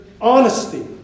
honesty